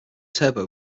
turbo